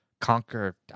conquer